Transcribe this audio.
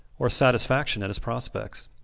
or satisfaction at his prospects.